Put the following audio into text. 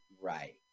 right